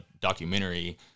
documentary